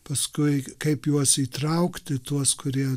paskui kaip juos įtraukti tuos kurie